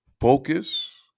Focus